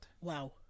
Wow